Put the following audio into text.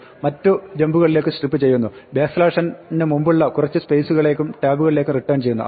അത് മറ്റു ജമ്പുകളിലേക്കും സ്ട്രിപ്പ് ചെയ്യുന്നു n ന് മുമ്പുള്ള കുറച്ച് സ്പേസുകളെയും ടാബുകളെയും റിട്ടേൺ ചെയ്യുന്നു